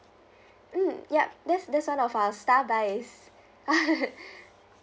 mm ya that that's the sort of our star buys